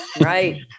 right